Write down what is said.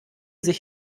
sich